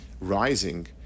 rising